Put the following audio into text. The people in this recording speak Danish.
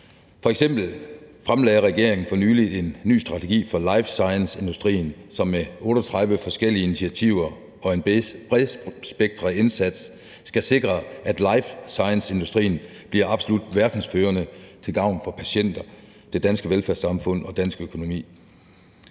F.eks. fremlagde regeringen for nylig en ny strategi for life science-industrien, som med 38 forskellige initiativer og en bredspektret indsats skal sikre, at life science-industrien bliver absolut verdensførende til gavn for patienter, det danske velfærdssamfund og dansk økonomi.